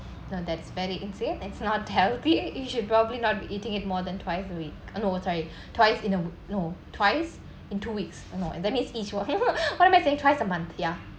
no that's very insane it's not healthy and you should probably not eating it more than twice a week or no sorry twice in a no twice in two weeks no that means each what am I saying twice a month ya